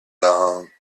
long